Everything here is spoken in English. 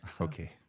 Okay